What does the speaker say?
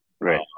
right